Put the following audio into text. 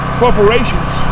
corporations